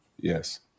yes